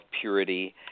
purity